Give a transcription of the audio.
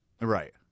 Right